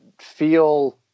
feel